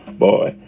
boy